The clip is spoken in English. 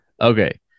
Okay